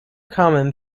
common